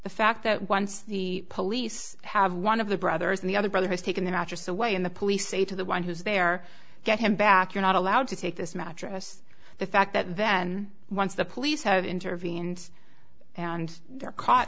the fact that once the police have one of the brothers and the other brother has taken the mattress away and the police say to the one who's there get him back you're not allowed to take this mattress the fact that then once the police have intervened and they're caught